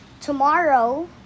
tomorrow